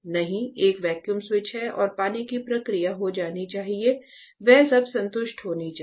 नहीं एक vacuum switch है और पानी की प्रक्रिया जो होनी चाहिए वह सब संतुष्ट होनी चाहिए